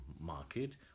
market